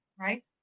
right